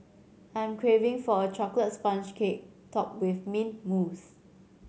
I am craving for a chocolate sponge cake topped with mint mousse